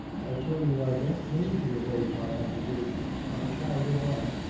i tell you i don't mean to evade my obligations. i shall live on.